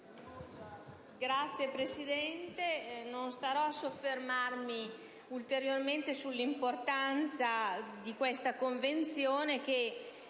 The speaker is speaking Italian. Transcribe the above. Signor Presidente, non mi soffermerò ulteriormente sull'importanza di questa Convenzione